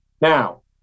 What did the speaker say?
Now